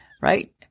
Right